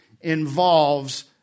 involves